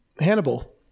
Hannibal